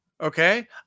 Okay